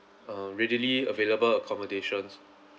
um readily available accommodations